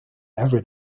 every